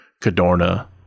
Cadorna